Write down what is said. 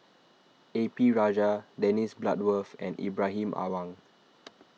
A P Rajah Dennis Bloodworth and Ibrahim Awang